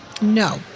No